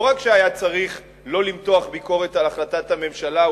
לא רק שהיה צריך לא למתוח ביקורת על החלטת הממשלה,